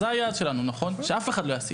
זה היעד שלנו, שאף אחד לא יסית.